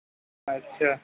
اچھا